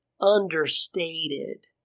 understated